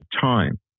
time